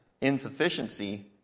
insufficiency